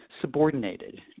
subordinated